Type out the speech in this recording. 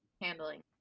handling